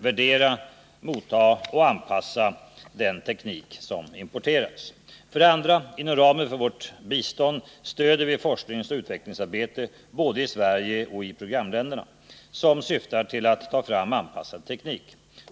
värdera, motta och anpassa den teknik som importeras. För det andra: inom ramen för vårt bistånd stöder vi forskningsoch utvecklingsarbete både i Sverige och i programländerna, som syftar till att ta fram anpassad teknik.